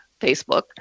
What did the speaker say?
Facebook